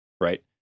right